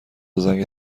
زنگ